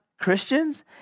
Christians